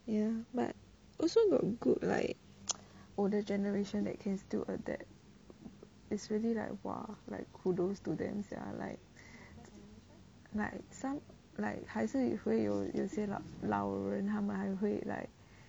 ya but also got good like older generation that can still adapt it's really like !wah! like kudos to them sia like like some 还是也会有有些老人他们还会 like